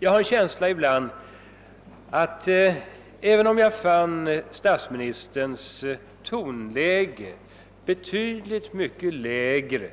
Jag fick en känsla av — även om jag fann statsministerns tonläge i dag betydligt lägre